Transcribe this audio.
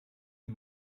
die